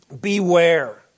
Beware